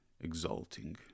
exulting